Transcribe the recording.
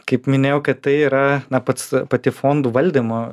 kaip minėjau kad tai yra na pats pati fondų valdymo